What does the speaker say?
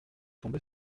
tombé